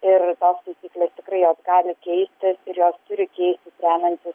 ir tos taisyklės tikrai jos gali keistis ir jos turi keistis remiantis